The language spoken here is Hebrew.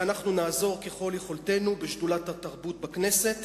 ואנחנו נעזור ככל יכולתנו בשדולת התרבות בכנסת.